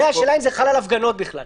ושאלה אם זה חל על הפגנות בכלל.